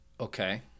Okay